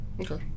Okay